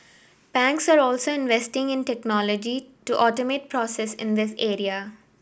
banks are also investing in technology to automate processes in this area